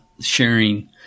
sharing